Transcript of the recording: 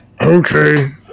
Okay